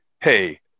hey